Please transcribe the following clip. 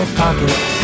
pockets